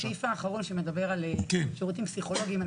הסעיף האחרון שמדבר על שירותים פסיכולוגיים,